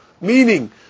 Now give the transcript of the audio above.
Meaning